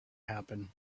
happen